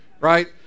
Right